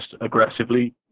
aggressively